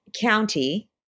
County